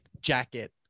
jacket